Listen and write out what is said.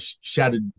shattered